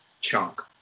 chunk